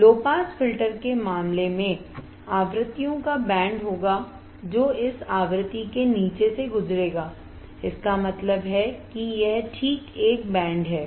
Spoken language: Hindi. लो पास फिल्टर के मामले में आवृत्तियों का बैंड होगा जो इस आवृत्ति के नीचे से गुजरेगा इसका मतलब है कि यह ठीक एक बैंड है